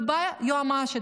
ובאה היועמ"שית,